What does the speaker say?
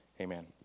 Amen